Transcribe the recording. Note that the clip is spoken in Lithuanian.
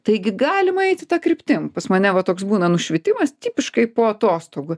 taigi galima eiti ta kryptim pas mane va toks būna nušvitimas tipiškai po atostogų